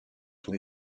sont